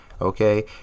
okay